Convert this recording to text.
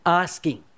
asking